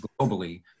globally